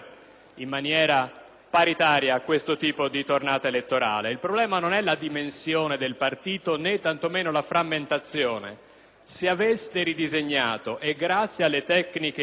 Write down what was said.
in maniera paritaria a questo tipo di tornata elettorale. Il problema non è la dimensione del partito né tanto meno la frammentazione. Se aveste ridisegnato i collegi ‑ e grazie alle tecniche